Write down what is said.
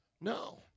No